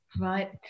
right